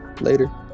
Later